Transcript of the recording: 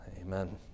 Amen